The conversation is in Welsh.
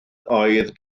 oedd